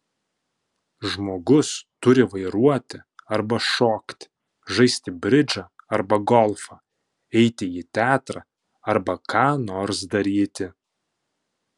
žmogus turi vairuoti arba šokti žaisti bridžą arba golfą eiti į teatrą arba ką nors daryti